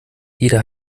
jeder